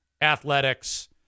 athletics